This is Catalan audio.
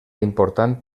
important